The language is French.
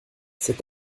cet